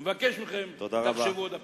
אני מבקש מכם: תחשבו עוד פעם.